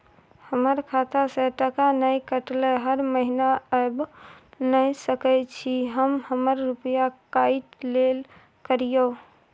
हमर खाता से टका नय कटलै हर महीना ऐब नय सकै छी हम हमर रुपिया काइट लेल करियौ?